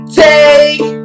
take